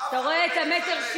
אתה רואה את ה-1.60